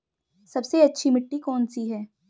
सबसे अच्छी मिट्टी कौन सी है?